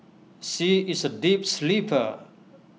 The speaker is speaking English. she is A deep sleeper